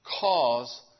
cause